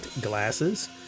glasses